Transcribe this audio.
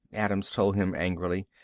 adams told him angrily.